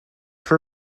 for